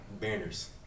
Banners